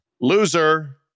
Loser